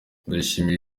ndayishimiye